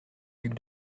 ducs